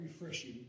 refreshing